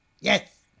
Yes